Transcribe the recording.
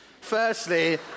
Firstly